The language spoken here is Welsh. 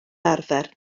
arfer